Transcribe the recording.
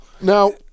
now